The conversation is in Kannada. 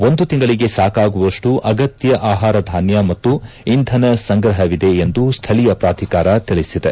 ಒಂದು ತಿಂಗಳಿಗೆ ಸಾಕಾಗುವಷ್ಟು ಅಗತ್ಯ ಆಹಾರ ಧಾನ್ಯ ಮತ್ತು ಇಂಧನ ಸಂಗ್ರಹವಿದೆ ಎಂದು ಸ್ದಳೀಯ ಪ್ರಾಧಿಕಾರ ತಿಳಿಸಿದೆ